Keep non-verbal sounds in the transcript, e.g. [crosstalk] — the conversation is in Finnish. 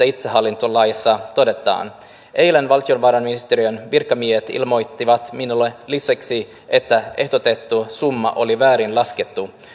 [unintelligible] itsehallintolaissa todetaan eilen valtiovarainministeriön virkamiehet ilmoittivat minulle lisäksi että ehdotettu summa oli väärin laskettu